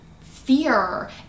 fear